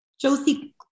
josie